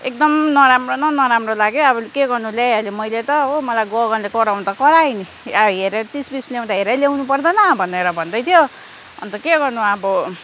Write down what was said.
एकदम नराम्रो न नराम्रो लाग्यो अब के गर्नु ल्याइहालेँ मैले त हो मलाई गगनले कराउन त करायो नि अब हेरेर चिजबिज ल्याउँदा हेरेर ल्याउनु पर्दैन भनेर भन्दै थियो अन्त के गर्नु अब